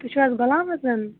تُہۍ چھُو حظ غلام حسن